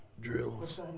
Drills